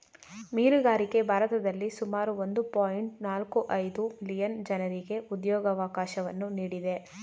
ಮೀನುಗಾರಿಕೆ ಭಾರತದಲ್ಲಿ ಸುಮಾರು ಒಂದು ಪಾಯಿಂಟ್ ನಾಲ್ಕು ಐದು ಮಿಲಿಯನ್ ಜನರಿಗೆ ಉದ್ಯೋಗವಕಾಶವನ್ನು ನೀಡಿದೆ